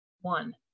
one